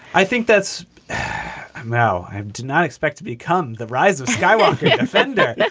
i think that's now i do not expect to become the rise of skywalker defender.